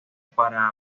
para